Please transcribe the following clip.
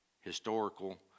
historical